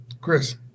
Chris